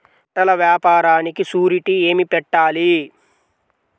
బట్టల వ్యాపారానికి షూరిటీ ఏమి పెట్టాలి?